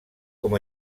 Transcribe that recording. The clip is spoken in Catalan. com